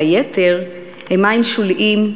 והיתר מים שוליים,